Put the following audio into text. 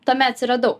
tame atsiradau